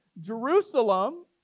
Jerusalem